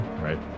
right